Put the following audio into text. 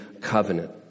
covenant